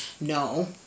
no